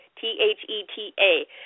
T-H-E-T-A